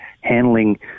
handling